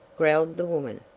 growled the woman.